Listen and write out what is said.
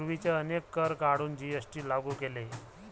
पूर्वीचे अनेक कर काढून जी.एस.टी लागू केले